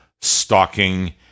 stalking